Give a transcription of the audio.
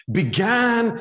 began